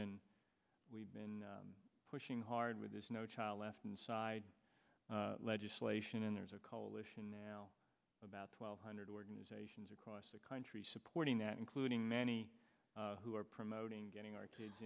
been we've been pushing hard with this no child left inside legislation and there's a coalition now about twelve hundred organizations across the country supporting that including many who are promoting getting our kids